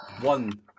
one